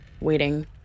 Waiting